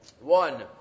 One